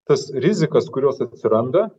tas rizikas kurios atsiranda